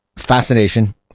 fascination